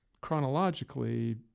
chronologically